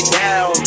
down